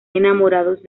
enamorados